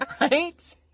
Right